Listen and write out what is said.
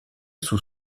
sous